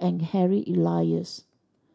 and Harry Elias